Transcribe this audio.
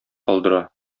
калдыра